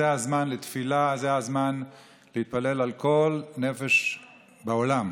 זה הזמן לתפילה, זה הזמן להתפלל על כל נפש בעולם.